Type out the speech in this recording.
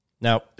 Now